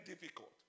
difficult